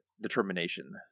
determination